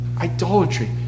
Idolatry